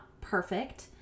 perfect